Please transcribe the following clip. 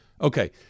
Okay